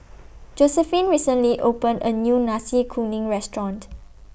Josephine recently opened A New Nasi Kuning Restaurant